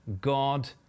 God